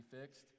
fixed